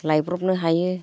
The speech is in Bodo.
लायब्रबनो हायो